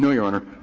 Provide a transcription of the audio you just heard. your your honor.